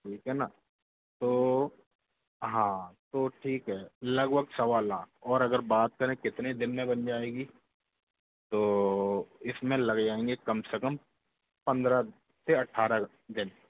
ठीक है ना तो हाँ तो ठीक है लगभग सवा लाख और अगर बात करें कितने दिन में बन जाएगी तो इसमें लग जाएंगे कम से कम पन्द्रह से अठारह दिन